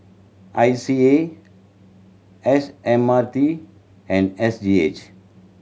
I C A S M R T and S G H